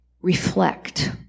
reflect